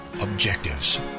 objectives